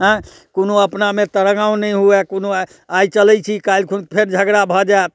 एँ कोनो अपनामे तड़ङ्गाँव नहि हुवै कोनो आइ आइ चलै छी काल्हि खुन फेर झगड़ा भऽ जायत